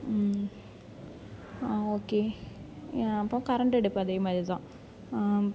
okay அப்போ current அடுப்பு அதேமாதிரி தான்